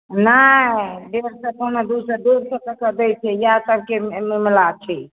नहि डेढ़ सए पौने दू सए टके दैत छै इएह तरकेमे मलाह छै